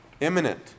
imminent